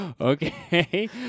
Okay